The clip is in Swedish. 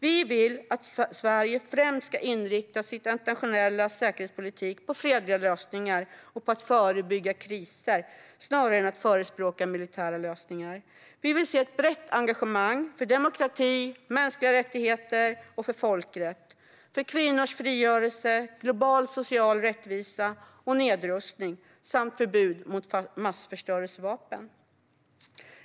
Vi vill att Sverige främst ska inrikta sin internationella säkerhetspolitik på fredliga lösningar och på att förebygga kriser snarare än att förespråka militära lösningar. Vi vill se ett brett engagemang för demokrati, för mänskliga rättigheter, för folkrätt, för kvinnors frigörelse, för global social rättvisa och nedrustning samt för ett förbud mot massförstörelsevapen.